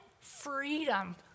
freedom